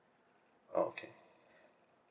okay